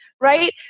right